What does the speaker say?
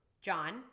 John